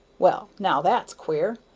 well, now, that's queer!